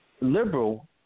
liberal